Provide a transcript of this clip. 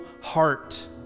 heart